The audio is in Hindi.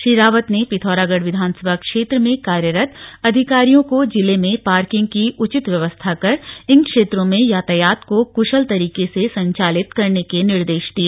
श्री रावत ने पिथौरागढ़ विधनसभा क्षेत्र में कार्यरत अधिकारियों को जिले में पार्किंग की उचित व्यवस्था कर इन क्षेत्रों में यातायात को कृशल तरीके से संचालित करने के निर्देश दिए